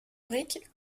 brique